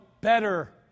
better